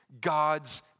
God's